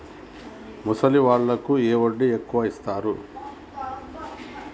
ముసలి వాళ్ళకు ఏ వడ్డీ ఎక్కువ ఇస్తారు?